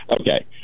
Okay